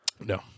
No